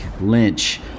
Lynch